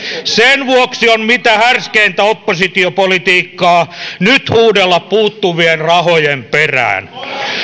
sen vuoksi on mitä härskeintä oppositiopolitiikkaa nyt huudella puuttuvien rahojen perään